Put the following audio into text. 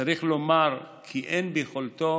צריך לומר כי אין ביכולתו